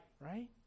Right